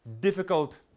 difficult